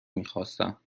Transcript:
میخواستم